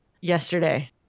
yesterday